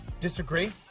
Disagree